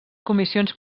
comissions